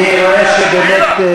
אני רואה שבאמת,